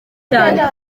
cyane